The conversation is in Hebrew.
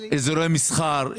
אזורי מסחר,